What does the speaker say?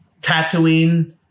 Tatooine